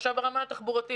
ברמה התחבורתית